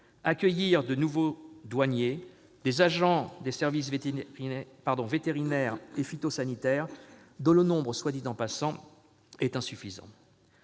accueillir de nouveaux douaniers et des agents des services vétérinaires et phytosanitaires, dont le nombre, soit dit en passant, est insuffisant.